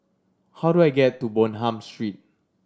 how do I get to Bonham Street